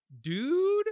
dude